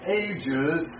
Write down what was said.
ages